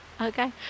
Okay